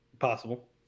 possible